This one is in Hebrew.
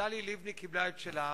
טלי לבני קיבלה את שלה,